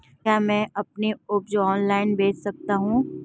क्या मैं अपनी उपज ऑनलाइन बेच सकता हूँ?